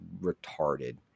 retarded